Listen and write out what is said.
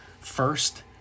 first